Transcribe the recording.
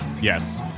Yes